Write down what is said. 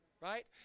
Right